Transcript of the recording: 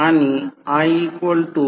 तर कारण हे R1 प्रत्यक्षात हे R0